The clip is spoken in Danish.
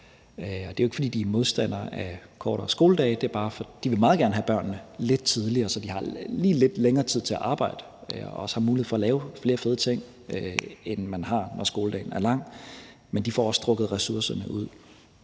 det er jo ikke, fordi de er modstandere af kortere skoledage. De vil meget gerne have børnene lidt tidligere, så de lige har lidt længere tid til at arbejde og også har mulighed for at lave flere fede ting, end man har, når skoledagen er lang. Men de får også strukket ressourcerne ud.